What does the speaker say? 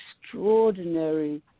extraordinary